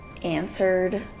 answered